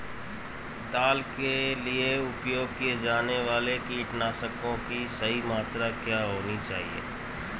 दाल के लिए उपयोग किए जाने वाले कीटनाशकों की सही मात्रा क्या होनी चाहिए?